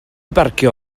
barcio